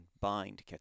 bind